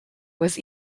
was